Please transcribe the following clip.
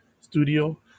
studio